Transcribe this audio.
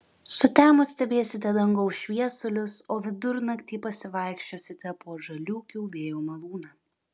sutemus stebėsite dangaus šviesulius o vidurnaktį pasivaikščiosite po žaliūkių vėjo malūną